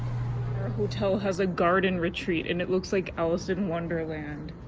hotel has a garden retreat and it looks like alice in wonderland